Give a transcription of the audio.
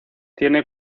tiene